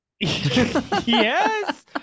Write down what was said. Yes